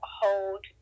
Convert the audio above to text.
hold